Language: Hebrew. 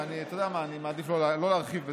ואתה יודע מה, אני מעדיף שלא להרחיב בזה.